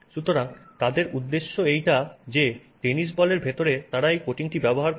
সুতরাং তাদের উদ্দেশ্য এইটা যে টেনিস বলের ভিতরে তারা এই কোটিংটি ব্যবহার করবে